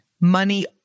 Money